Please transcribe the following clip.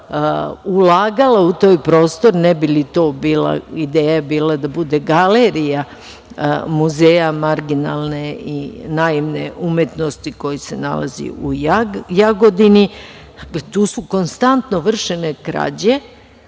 ulagala u taj prostor, ideja je bila da bude galerija Muzeja marginalne i naivne umetnosti koji se nalazi u Jagodini. Dakle, tu su konstantno vršene krađe.